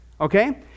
okay